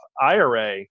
IRA